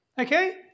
Okay